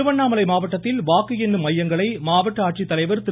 திருவண்ணாமலை மாவட்டத்தில் வாக்கும் எண்ணும் மையங்களை மாவட்ட ஆட்சித்தலைவர் திரு